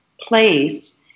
place